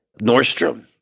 Nordstrom